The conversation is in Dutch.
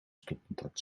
stopcontact